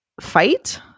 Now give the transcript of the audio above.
fight